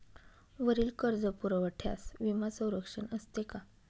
वरील कर्जपुरवठ्यास विमा संरक्षण असते का?